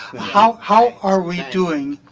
how how are we doing